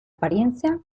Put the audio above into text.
apariencia